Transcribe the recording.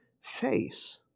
face